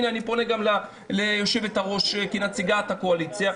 אני פונה גם ליושבת-הראש כנציגת הקואליציה,